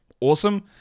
Awesome